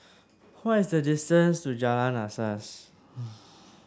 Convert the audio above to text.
what is the distance to Jalan Asas